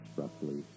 roughly